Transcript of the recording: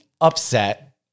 upset